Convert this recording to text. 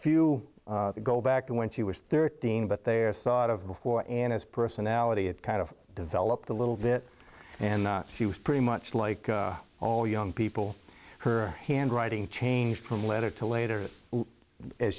few go back to when she was thirteen but they are thought of before and as personality it kind of developed a little bit and she was pretty much like all young people her handwriting changed from letter to later as